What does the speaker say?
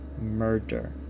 murder